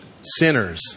sinners